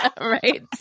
right